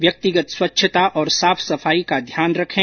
व्यक्तिगत स्वच्छता और साफ सफाई का ध्यान रखें